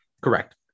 Correct